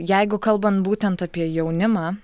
jeigu kalbant būtent apie jaunimą